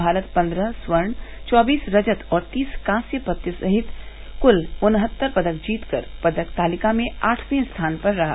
भारत पन्द्रह स्वर्ण चौबीस रजत और तीस कांस्य सहित कुल उन्हत्तर पदक जीतकर पदक तालिका में आठवें स्थान पर रहा